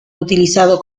utilizado